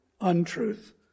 untruth